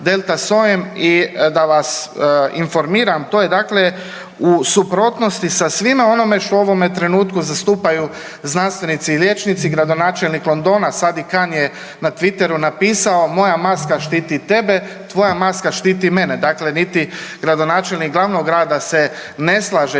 i da vas informiram, to je dakle u suprotnosti sa svima onome što u ovome trenutku zastupanju znanstveni i liječnici. Gradonačenik Londona Sadiq Khan je na Twitteru napisao moja maska štiti tebe tvoja maska štiti mene. Dakle, niti gradonačelnik glavnog grada se ne slaže